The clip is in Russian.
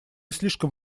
слишком